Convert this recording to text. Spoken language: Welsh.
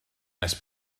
nes